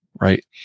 Right